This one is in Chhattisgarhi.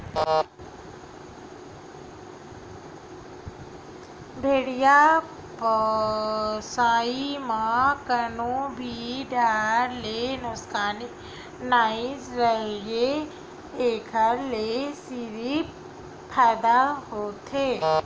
भेड़िया पोसई म कोनो भी डाहर ले नुकसानी नइ राहय एखर ले सिरिफ फायदा होथे